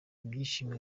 ibyishimo